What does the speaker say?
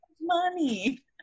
money